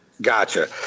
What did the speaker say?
Gotcha